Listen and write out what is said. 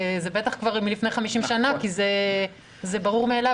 זה בטח קיים כבר 50 שנים כי זה ברור מאליו,